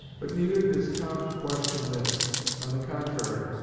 but neither does comte question this on the contrary,